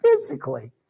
physically